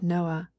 Noah